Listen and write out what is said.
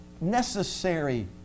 necessary